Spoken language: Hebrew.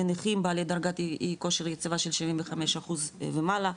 לנכים בעלי דרגת קושי של 75 אחוז ומעלה,